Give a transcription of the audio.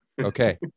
Okay